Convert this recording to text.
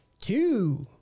Two